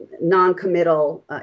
non-committal